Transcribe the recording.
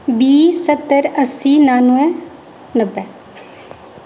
बीह् स्ह्त्तर अस्सी न्यानबे नब्बै